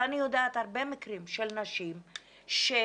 אני יודעת על הרבה מקרים של נשים שדחו